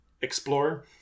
explore